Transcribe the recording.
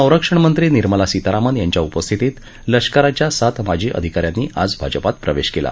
संरक्षणमंत्री निर्मला सीतारामण यांच्या उपस्थितीत लष्कराच्या सात माजी अधिका यांनी आज भाजपात प्रवेश केला